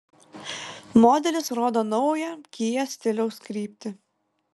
modelis rodo naują kia stiliaus kryptį